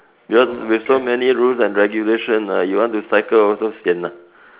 because with so many rules and regulation ah you want to cycle also sian ah